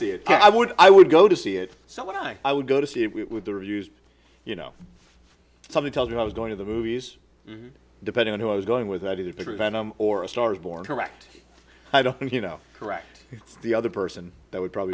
see it i would i would go to see it so i i would go to see it with the reviews you know something tells me i was going to the movies depending on who i was going with i do to prevent or a star is born correct i don't think you know correct the other person that would probably